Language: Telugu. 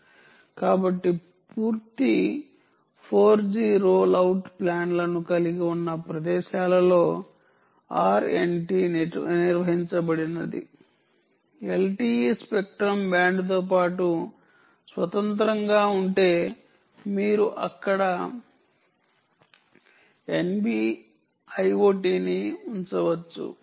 కాబట్టి పూర్తి 4 జి రోల్ అవుట్ ప్లాన్లను కలిగి ఉన్న ప్రదేశాలలో RNT నిర్వచించబడినది లేదా ఎల్టిఇ స్పెక్ట్రం బ్యాండ్తో పాటు స్వతంత్రంగా ఉంటే మీరు అక్కడ NB IoT ని ఉంచవచ్చు